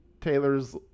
Taylor's